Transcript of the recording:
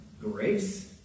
Grace